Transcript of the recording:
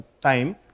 time